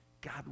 God